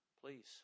Please